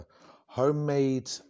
homemade